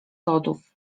lodów